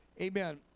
Amen